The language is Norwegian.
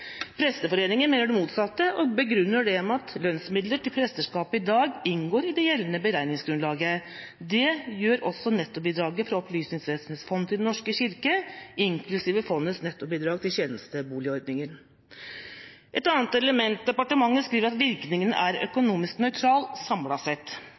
Presteforeningen mener det motsatte og begrunner det med at lønnsmidler til presteskapet i dag inngår i det gjeldende beregningsgrunnlaget. Det gjør også nettobidraget fra Opplysningsvesenets fond til Den norske kirke, inklusiv fondets nettobidrag til tjenesteboligordningen. Et annet element: Departementet skriver at virkningen er økonomisk nøytral samlet sett.